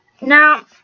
Now